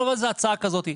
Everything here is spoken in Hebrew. יכול להיות שתהיה הצעה כזאת,